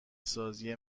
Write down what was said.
سازی